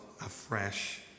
afresh